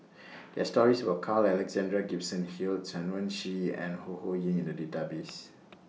There Are stories about Carl Alexander Gibson Hill Chen Wen Hsi and Ho Ho Ying in The Database